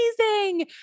amazing